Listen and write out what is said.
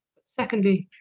secondly,